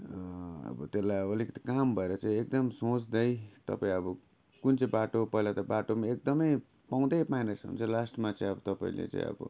अब त्यसलाई अब अलिकति क्लाम भएर चाहिँ एकदम सोच्दै तपाईँ अब कुन चाहिँ बाटो पहिला त बाटो पनि एकदमै पाउँदै पाएन छ भने चाहिँ लास्टमा चाहिँ अब तपाईँले चाहिँ अब